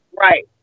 right